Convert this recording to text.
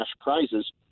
prizes